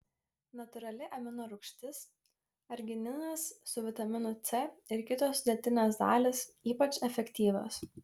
natūrali amino rūgštis argininas su vitaminu c ir kitos sudėtinės dalys ypač efektyvios